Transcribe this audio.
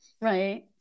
right